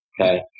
Okay